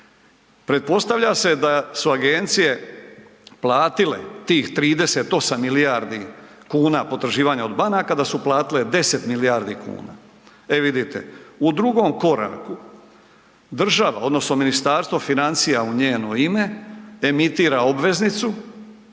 Pretpostavlja se da su agencije platile tih 38 milijarde kuna potraživanja od banaka, da su platile 10 milijardi kuna. E vidite, u drugom koraku, država odnosno Ministarstvo financija u njeno ime emitira obveznicu